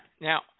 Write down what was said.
now